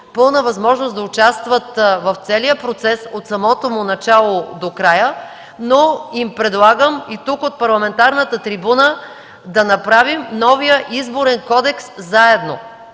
пълна възможност да участват в целия процес от самото му начало до края, но и тук, от парламентарната трибуна, им предлагам да направим новия Изборен кодекс заедно,